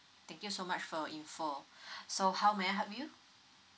thank you so much for your info so how may I help you